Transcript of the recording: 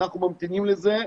אנחנו ממתינים לזה.